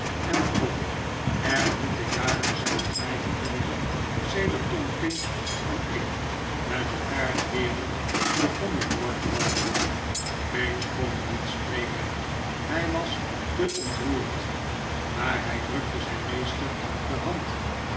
en toch er moeten jaren zijn voorbijgevlogen sedert tom pinch en ik met elkaar de wereld begonnen door te wandelen pinch kon niet spreken hij was te ontroerd maar hij drukte zijn meester de hand